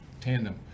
tandem